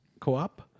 Co-op